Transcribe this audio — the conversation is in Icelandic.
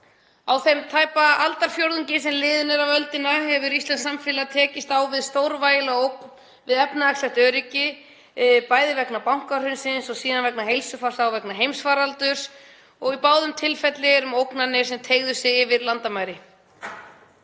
Á þeim tæpa aldarfjórðungi sem liðinn er af öldinni hefur íslenskt samfélag tekist á við stórvægilega ógn við efnahagslegt öryggi, bæði vegna bankahrunsins og síðan vegna heilsufarsvár vegna heimsfaraldurs og í báðum tilfellum voru það ógnir sem teygðu sig yfir landamæri.